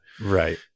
right